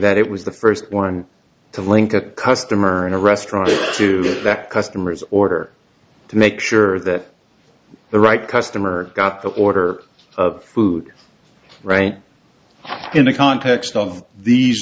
that it was the first one to link a customer in a restaurant to that customer's order to make sure that the right customer got the order of food right in the context of these